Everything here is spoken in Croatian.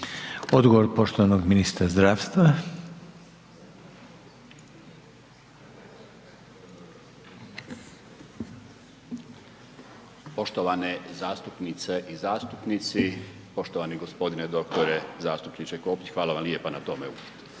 Odgovor poštovanog ministra zdravstva. **Kujundžić, Milan (HDZ)** Poštovane zastupnice i zastupnici, poštovani g. dr. zastupniče Kopić, hvala vam lijepa na tome upitu.